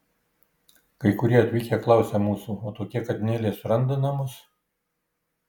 kai kurie atvykę klausia mūsų o tokie katinėliai suranda namus